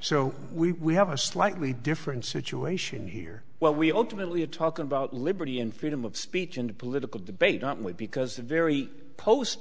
so we have a slightly different situation here well we ultimately have talk about liberty and freedom of speech and political debate not me because the very post